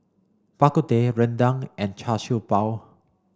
Bak Kut Teh Rendang and Char Siew Bao